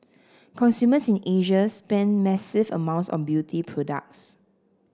consumers in Asia spend massive amounts on beauty products